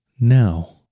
now